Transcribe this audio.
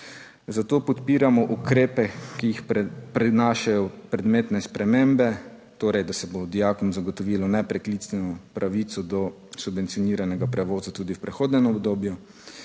Zato podpiramo ukrepe, ki jih prinašajo predmetne spremembe, torej, da se bo dijakom zagotovilo nepreklicno pravico do subvencioniranega prevoza tudi v prehodnem obdobju,